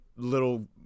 Little